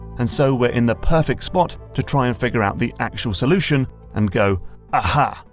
and so we're in the perfect spot to try and figure out the actual solution and go aha!